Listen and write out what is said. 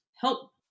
help